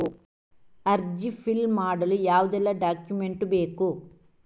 ಅರ್ಜಿ ಫಿಲ್ ಮಾಡಲು ಯಾವುದೆಲ್ಲ ಡಾಕ್ಯುಮೆಂಟ್ ಬೇಕು?